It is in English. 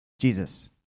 Jesus